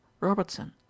robertson